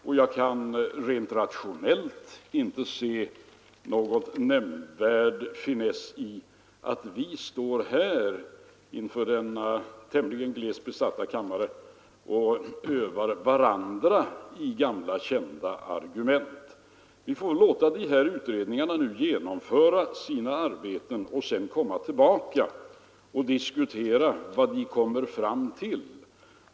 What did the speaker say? Och jag kan rent rationellt inte se någon nämnvärd finess i att vi står här, inför denna tämligen glest besatta kammare, och övar varandra i gamla, kända argument. Vi får låta de här utredningarna genomföra sina arbeten och sedan komma tillbaka och diskutera vad de har nått fram till.